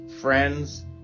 friends